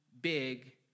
big